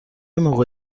موقع